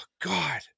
god